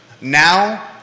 Now